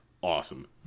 awesome